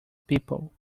people